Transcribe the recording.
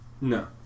No